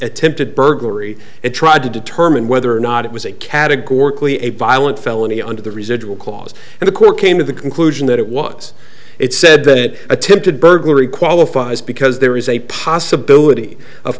attempted burglary and tried to determine whether or not it was a categorically a violin a felony under the residual clause and the court came to the conclusion that it was it said that attempted burglary qualifies because there is a possibility of